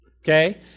Okay